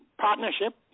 partnership